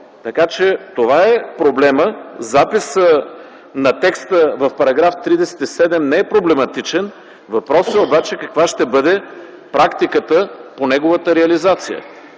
Това е проблемът. Записът на текста в § 37 не е проблематичен. Въпросът е обаче каква ще бъде практиката по неговата реализация.